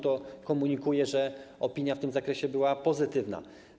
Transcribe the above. To komunikuje, że opinia w tym zakresie była pozytywna.